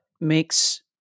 makes